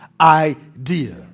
idea